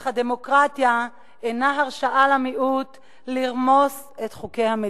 אך הדמוקרטיה אינה הרשאה למיעוט לרמוס את חוקי המדינה.